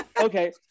okay